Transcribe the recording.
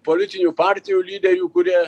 politinių partijų lyderių kurie